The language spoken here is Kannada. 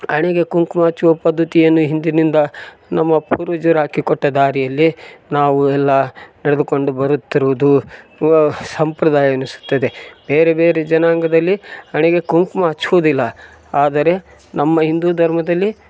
ಹಣೆಗೆ ಕುಂಕುಮ ಹಚ್ಚುವ ಪದ್ಧತಿಯನ್ನು ಹಿಂದಿನಿಂದ ನಮ್ಮ ಪೂರ್ವಜರು ಹಾಕಿ ಕೊಟ್ಟ ದಾರಿಯಲ್ಲಿ ನಾವು ಎಲ್ಲ ನಡೆದುಕೊಂಡು ಬರುತ್ತಿರುವುದು ಸಂಪ್ರದಾಯವೆನಿಸುತ್ತದೆ ಬೇರೆ ಬೇರೆ ಜನಾಂಗದಲ್ಲಿ ಹಣೆಗೆ ಕುಂಕುಮ ಹಚ್ಚುವುದಿಲ್ಲ ಆದರೆ ನಮ್ಮ ಹಿಂದೂ ಧರ್ಮದಲ್ಲಿ